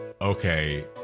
okay